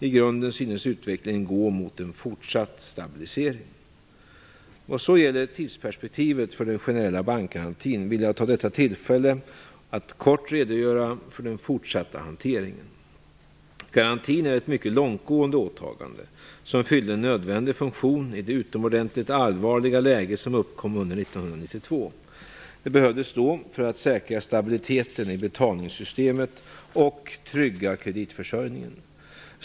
I grunden synes utvecklingen gå mot en fortsatt stabilisering. Vad så gäller tidsperspektivet för den generella bankgarantin vill jag ta detta tillfälle att kort redogöra för den fortsatta hanteringen. Garantin är ett mycket långtgående åtagande som fyllde en nödvändig funktion i det utomordentligt allvarliga läge som uppkom under 1992. Den behövdes då för att säkra stabiliteten i betalningssystemet och trygga kreditförsörjningen.